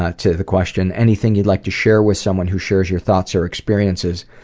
ah to the question anything you'd like to share with someone who shares your thoughts or experiences?